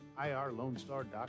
IRLoneStar.com